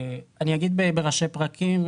אני אגיד בראשי פרקים.